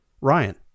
Ryan